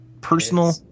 Personal